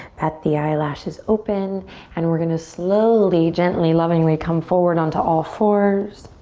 bat the eyelashes open and we're going to slowly, gently, lovingly come forward onto all fours.